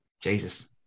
Jesus